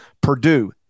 Purdue